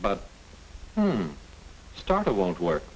but started won't work